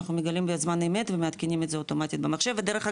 אנחנו מגלים בזמן אמת ומעדכנים את זה אוטומטית במחשב ודרך אגב,